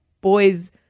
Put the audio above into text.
boys